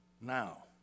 now